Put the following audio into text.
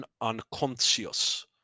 unconscious